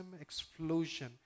explosion